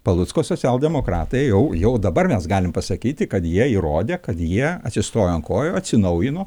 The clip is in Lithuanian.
palucko socialdemokratai jau jau dabar mes galime pasakyti kad jie įrodė kad jie atsistojo ant kojų atsinaujino